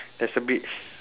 there's a beach